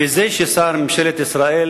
וזה ששר בממשלת ישראל,